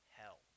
hell